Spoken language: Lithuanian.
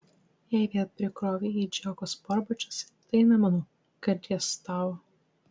jei vėl prikrovei į džeko sportbačius tai nemanau kad jis tau